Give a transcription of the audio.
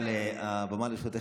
אבל הבמה לרשותך,